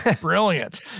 brilliant